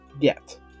get